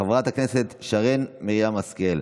חברת הכנסת שרן מרים השכל,